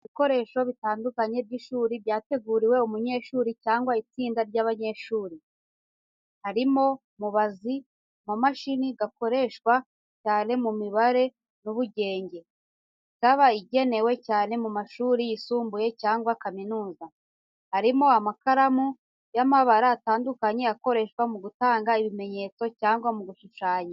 Ibikoresho bitandukanye by’ishuri byateguriwe umunyeshuri cyangwa itsinda ry’abanyeshuri. Harimo mubazi, akamashini gakoreshwa cyane mu mibare n'ubugenge, ikaba ikenewe cyane mu mashuri yisumbuye cyangwa kaminuza. Harimo amakaramu y’amabara atandukanye akoreshwa mu gutanga ibimenyetso cyangwa mu gushushanya.